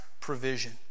provision